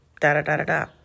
da-da-da-da-da